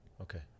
Okay